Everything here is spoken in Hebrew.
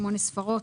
שמונה ספרות,